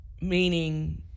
meaning